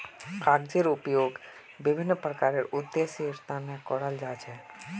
कागजेर उपयोग विभिन्न प्रकारेर उद्देश्येर तने कियाल जा छे